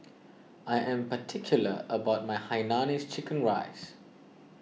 I am particular about my Hainanese Chicken Rice